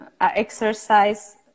exercise